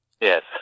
Yes